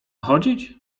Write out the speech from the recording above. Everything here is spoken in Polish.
chodzić